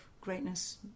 greatness